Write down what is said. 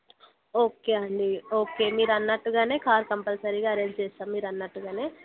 okay అండి okay మీరన్నట్టుగా car కంపల్సరీగా అరేంజ్ చేస్తాం మీరన్నట్టుగా